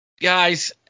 guys –